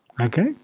okay